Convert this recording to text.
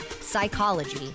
psychology